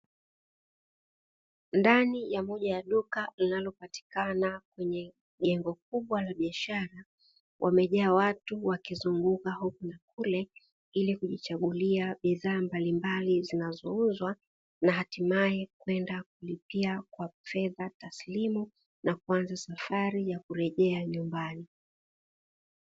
Ndani ya moja ya duka linalopatikana kwenye jengo kubwa la biashara, wamejaa watu wakizunguka huku na kule ili kujichagulia bidhaa mbalimbali zinazouzwa na hatimaye kwenda kulipia kwa fedha taslimu na kuanza safari ya kurejea nyumbani.